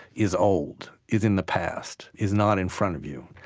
is old, is in the past, is not in front of you.